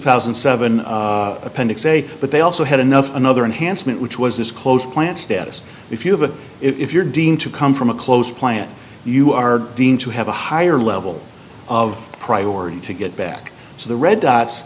thousand and seven appendix a but they also had enough another enhancement which was this close plant status if you have a if you're dealing to come from a close plant you are deemed to have a higher level of priority to get back to the red d